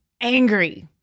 angry